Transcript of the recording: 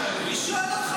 מותר לנו --- מה שבא